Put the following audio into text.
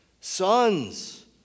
sons